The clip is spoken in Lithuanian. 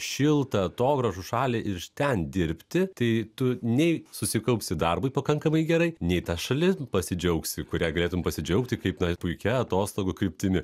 šiltą atogrąžų šalį ir iš ten dirbti tai tu nei susikaupsi darbui pakankamai gerai nei ta šalim pasidžiaugsi kuria galėtum pasidžiaugti kaip na puikia atostogų kryptimi